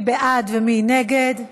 מי בעד ומי נגד?